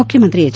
ಮುಖ್ಯಮಂತ್ರಿ ಹೆಚ್